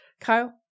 kyle